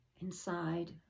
Inside